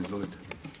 Izvolite.